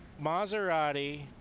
Maserati